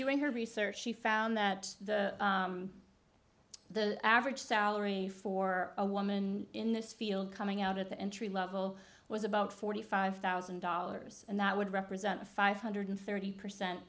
doing her research she found that the average salary for a woman in this field coming out at the entry level was about forty five thousand dollars and that would represent a five hundred thirty percent